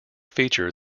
feature